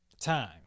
time